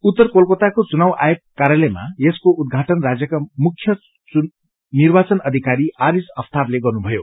उत्तर कोलकताको चुनाव आयोग कार्यालयमा यसको उद्घाटन राज्यका मुख्य निर्वाचन अधिकारी आरिज आफताबले गर्नुभयो